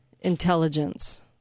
intelligence